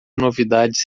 novidades